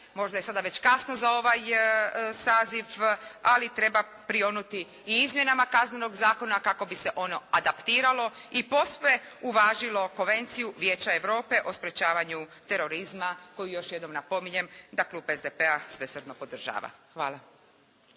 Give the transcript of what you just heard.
možda je sada već kasno za ovaj saziv ali treba prionuti i izmjenama Kaznenog zakona kako bi se ono adaptiralo i posve uvažilo Konvenciju Vijeća Europe o sprječavanju terorizma koju još jednom napominjem da klub SDP-a svesrdno podržava. Hvala.